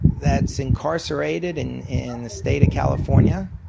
that's incarcerated in in the state of california,